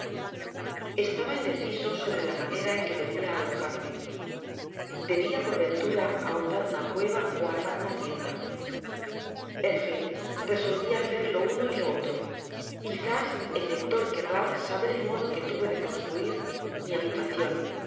estaba indeciso sobre la manera con que debia alojarme debia por ventura ahondar una cueva ó armar una tienda en fin resolvi hacer lo uno y lo otro quizás el lector querrá saber el modo que tuve de construir mi